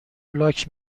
لاک